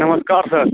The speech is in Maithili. नमस्कार सर